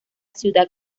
ciudad